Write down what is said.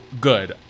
good